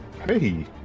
Hey